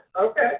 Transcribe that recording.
Okay